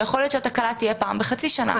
ויכול להיות שהתקלה תהיה פעם בחצי שנה.